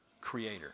creator